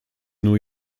new